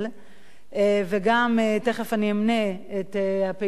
וגם תיכף אני אמנה את הפעילות הרחבה